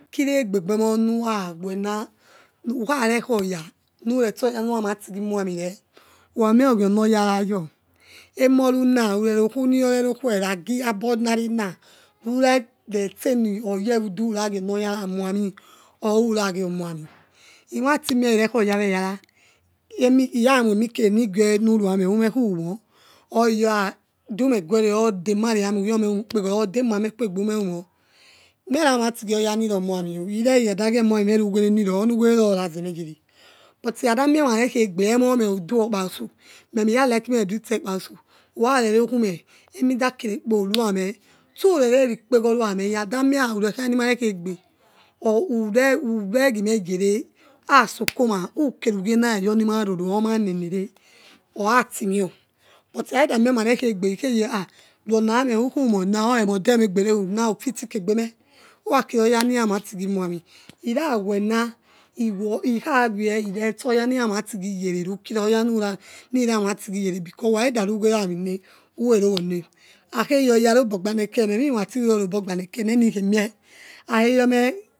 Ukeregebemo nurawena nu hukharekha aya muretse oyanurarati gimuhami re ukhamie ugionoyara yor emory na ureroky nor verokue nagi asi onavens rureresenioyedu uragi ono yaramiami sura giomyami or uragio muami wratimiceirekhaya wayara kemi lysknemikere if nigue nuruame or iyor ha dumeguere or demare yame umikpegoro odiemayamekuegbe ume umor mere matigi oja niro muamia iremikhadagie muam mentivere niro ony werera onazimeyere bult ikhadamie mir ekhaagbe emomeudokpaso memire liko meredyisekpasso ukhanero kume enida kerekpo irisme, surereikре gora meh ikiliada rearekhanimarekejbe or uregimeyere gorkoms whokery give hasrareyourimaroro, or nimanne re or orctimeo but i khakheds mie khimarekhaegbe ikheye ruoname nkamome or emeodemebere uns ufisakegebre urakiriayanirt natigi myami trawens ikhawe iresionira metighuyeres rekin or oyaniraratijiyare becarze who khatakhetutuwe anat ami ne ob ukherowane akhe your oys hobor ganeke memirstinuro robo gbaniek memiratiruyorob gbaner nenikhemie akheyome.